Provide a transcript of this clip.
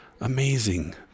amazing